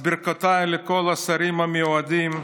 אז, ברכותיי לכל השרים המיועדים.